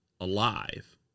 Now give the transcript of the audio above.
alive